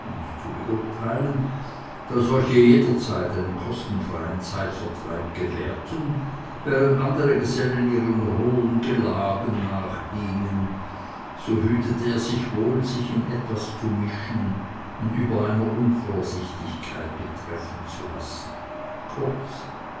zu beurteilen da solche jederzeit einen kosten freien zeitvertreib gewährten während andere gesellen ihrer rohen gelagen nachgingen so hütete er sich wohl sich in etwas zu mischen oder über einer unvorsichtigkeit betreffen zu lassen kurz